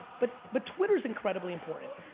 but but twitter's incredibly important.